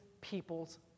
people's